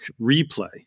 replay